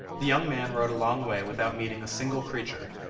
the young man rode a long way without meeting a single creature,